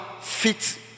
fit